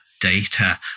data